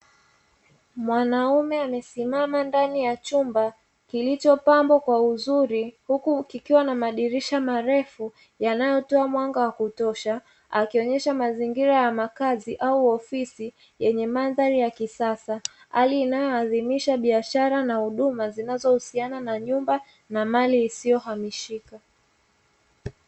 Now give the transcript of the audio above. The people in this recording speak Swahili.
Mwanaume amesimama ndani ya chumba kilichopambwa kwa uzuri huku kikiwa na madirisha marefu yanayotoa mwanga wa kutosha akionyesha mazingira ya makazi au ofisi yenye mandhari ya kisasa, hali inayoadhimisha biashara na huduma zinazohusiana na nyumba na mali isiyohamishika.